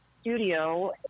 studio